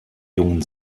jungen